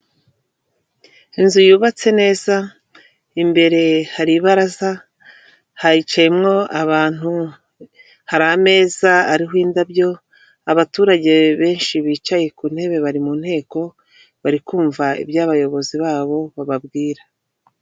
Inzu yubatse neza, imbere hari ibaraza, hicayemo abantu, hari ameza ariho indabyo. Abaturage benshi bicaye ku ntebe bari mu nteko, bari kumva ibyo abayobozi babo bababwira.